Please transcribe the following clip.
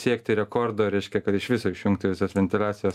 siekti rekordo reiškia kad iš viso išjungti visas ventiliacijas